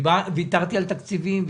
ויתרתי על תקציבים,